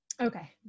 okay